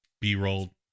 B-roll